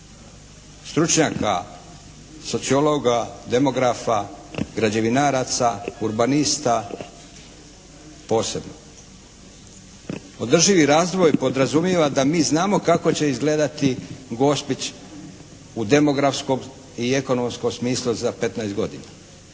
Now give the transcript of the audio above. stručnjaka, sociologa, demografa, građevinaraca, urbanista posebno. Održivi razvoj podrazumijeva da mi znamo kako će izgledati Gospić u demografskom i ekonomskom smislu za 15 godina,